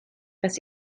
was